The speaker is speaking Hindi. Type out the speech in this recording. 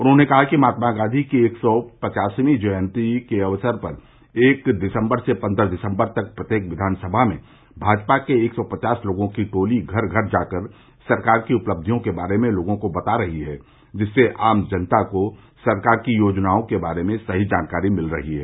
उन्होंने कहा कि महात्मा गॉघी की एक सौ पवासवी जयंती के अवसर पर एक दिसम्बर से पन्द्रह दिसम्बर तक प्रत्येक विघानसमा में भाजपा के एक सौ पचास लोगों की टोली घर घर जाकर सरकार की उपलब्धियों के बारे में लोगों को बता रही है जिससे आम जनता को सरकार की योजनाओं के बारे में सही जानकारी मिल रही है